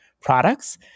products